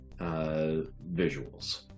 visuals